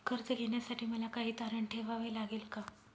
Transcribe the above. कर्ज घेण्यासाठी मला काही तारण ठेवावे लागेल का?